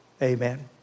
Amen